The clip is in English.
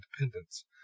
independence